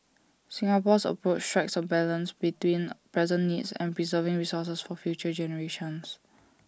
Singapore's approach strikes A balance between present needs and preserving resources for future generations